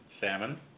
Salmon